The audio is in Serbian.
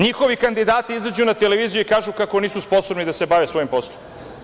Njihovi kandidati izađu na televiziju i kažu kako nisu sposobni da se bave svojim poslom.